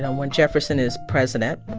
when jefferson is president,